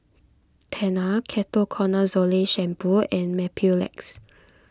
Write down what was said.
Tena Ketoconazole Shampoo and Mepilex